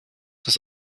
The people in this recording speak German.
das